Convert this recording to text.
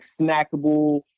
snackable